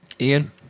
Ian